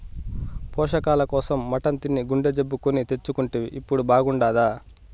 పోషకాల కోసం మటన్ తిని గుండె జబ్బు కొని తెచ్చుకుంటివి ఇప్పుడు బాగుండాదా